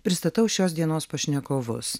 pristatau šios dienos pašnekovus